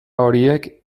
horiek